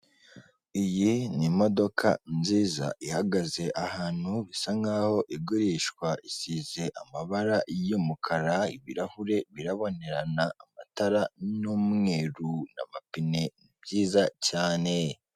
Iyi ni imodoka nziza ihagaze ahantu, bisa nk'aho igurishwa. Isize amabara y'umukara ibirahure birabonerana, amatara ni umweru. Amapine ni byiza cyane.